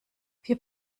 vier